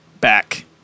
back